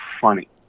funny